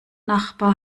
nachbar